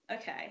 Okay